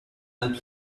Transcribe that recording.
and